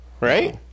Right